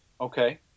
Okay